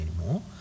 anymore